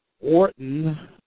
Orton